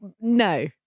No